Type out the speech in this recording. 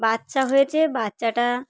বাচ্চা হয়েছে বাচ্চাটা